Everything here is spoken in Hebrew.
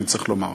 אני צריך לומר.